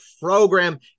program